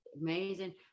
amazing